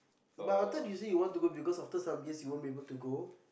but I thought you say you want to go because after some year you won't be able to go